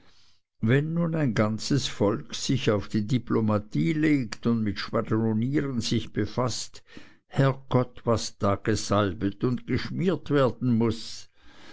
wenn nun ein ganzes volk sich auf die diplomatie legt und mit schwadronieren sich befaßt herrgott was da gesalbet und geschmiert werden muß